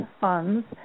funds